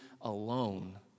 alone